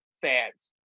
fans